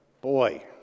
boy